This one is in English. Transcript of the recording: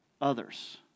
others